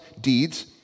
deeds